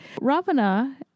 Ravana